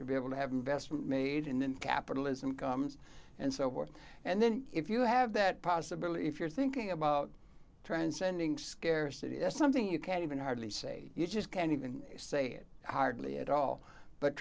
to be able to have investment made and then capitalism comes and so forth and then if you have that possibility if you're thinking about transcending scarcity as something you can't even hardly say you just can't even say it hardly at all but